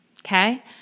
Okay